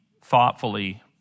thoughtfully